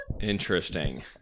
Interesting